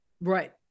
Right